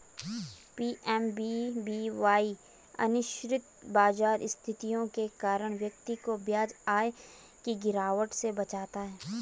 PMVVY अनिश्चित बाजार स्थितियों के कारण व्यक्ति को ब्याज आय की गिरावट से बचाता है